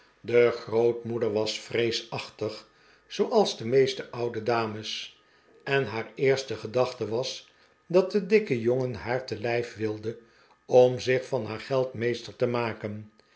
de grootmoeder was vreesachtig zooals de meeste oude dames j en haar eerste gedachte was dat de dikke jongen haar te lijf wilde om zich van haar geld meester te maken